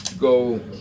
go